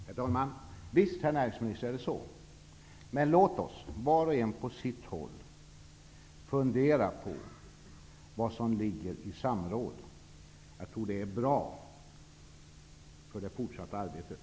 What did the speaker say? Herr talman! Visst är det så, näringsministern. Men låt oss var och en på sitt håll fundera på vad som ligger i ordet samråd. Jag tror att det vore bra för det fortsatta arbetet.